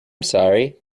sorry